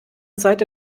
seite